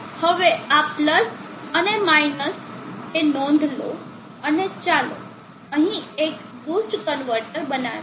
હવે આ પલ્સ અને માઈનસ તે નોંધ લો અને ચાલો અહીં એક બૂસ્ટ કન્વર્ટર બનાવીએ